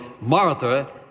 Martha